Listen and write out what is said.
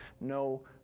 no